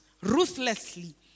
ruthlessly